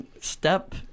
step